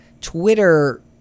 Twitter